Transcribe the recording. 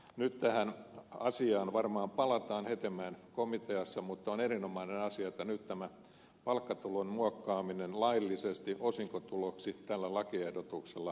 nyt tähän asiaan varmaan palataan hetemäen komiteassa mutta on erinomainen asia että nyt tämä palkkatulon muokkaaminen laillisesti osinkotuloksi tällä lakiehdotuksella saa lopun